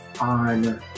on